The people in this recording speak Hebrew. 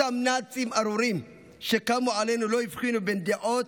אותם נאצים ארורים שקמו עלינו לא הבחינו בין דעות,